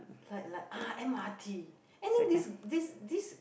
like like ah m_r_t and then this this this